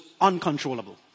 uncontrollable